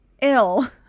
ill